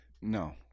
No